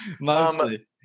Mostly